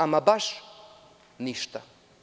Ama baš ništa.